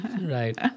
right